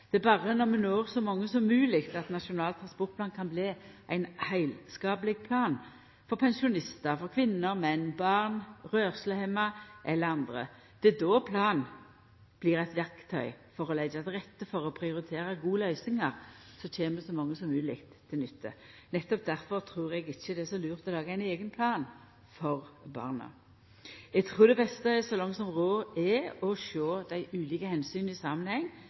Det er berre når vi når så mange som mogleg, at Nasjonal transportplan kan bli ein heilskapleg plan for pensjonistar, kvinner, menn, born, rørslehemma eller andre. Det er då planen blir eit verktøy for å leggja til rette for og prioritera gode løysingar som kjem så mange som mogleg til nytte. Nettopp difor trur eg ikkje det er så lurt å laga ein eigen plan for borna. Eg trur at det beste, så langt som råd, er å sjå dei ulike omsyna i samanheng: